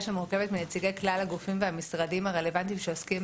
שמורכבת מנציגי כלל הגופים והמשרדים הרלוונטיים שעוסקים